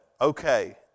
okay